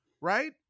right